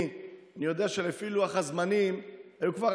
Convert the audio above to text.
הם לא